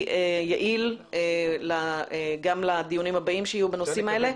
יעיל גם לדיונים הבאים בנושאים האלה.